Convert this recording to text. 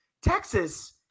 Texas